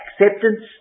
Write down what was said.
acceptance